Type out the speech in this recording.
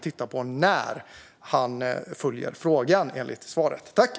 Det får han gärna specificera.